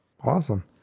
awesome